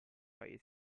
paese